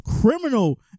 Criminal